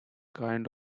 kind